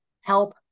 help